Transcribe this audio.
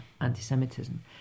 anti-Semitism